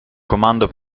comando